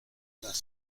las